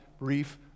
brief